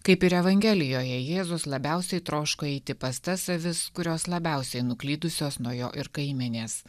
kaip ir evangelijoje jėzus labiausiai troško eiti pas tas avis kurios labiausiai nuklydusios nuo jo ir kaimenės